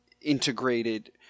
integrated